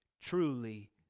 truly